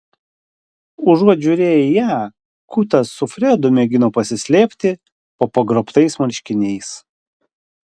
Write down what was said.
užuot žiūrėję į ją kutas su fredu mėgino pasislėpti po pagrobtais marškiniais